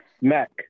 Mac